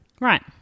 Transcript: Right